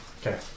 Okay